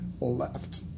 left